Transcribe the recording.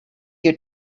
you